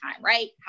right